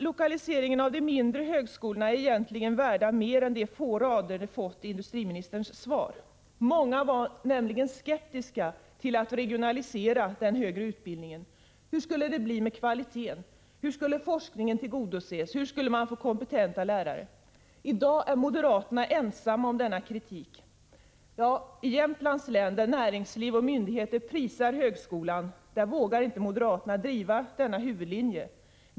Lokaliseringen av de mindre högskolorna är egentligen värd mer än de få rader den fått i industriministerns svar. Många var nämligen skeptiska till att regionalisera den högre utbildningen. Hur skulle det bli med kvaliteten? Hur skulle forskningen tillgodoses? Hur skulle man få kompetenta lärare? I dag är moderaterna ensamma om denna kritik. I Jämtlands län där näringsliv och myndigheter prisar högskolan vågar inte moderaterna driva denna huvudlinje.